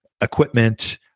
equipment